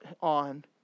on